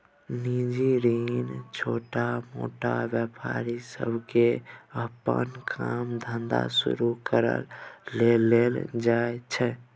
निजी ऋण छोटमोट व्यापारी सबके अप्पन काम धंधा शुरू करइ लेल लेल जाइ छै